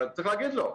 אבל צריך להגיד לו.